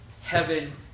heaven